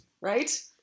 right